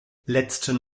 letzten